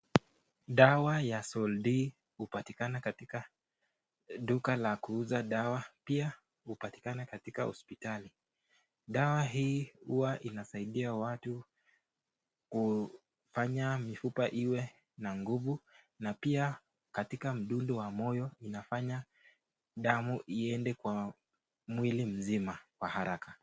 Dawa ya (cs)Sol-D(cs) hupatikana katika duka la kuuza dawa. Pia hupatikana katika hospitali. Dawa hii huwa inasaidia watu kufanya mifupa iwe na nguvu na pia katika mdundo wa moyo inafanya damu iende kwa mwili mzima kwa haraka.